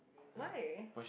why